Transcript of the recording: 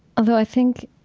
although i think